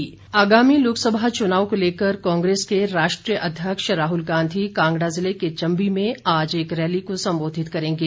Congress rally आगामी लोकसभा चुनाव को लेकर कांग्रेस के राष्ट्रीय अध्यक्ष राहुल गांधी कांगड़ा जिले के चम्बी में आज एक रैली को संबोधित करेंगे